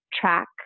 track